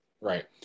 Right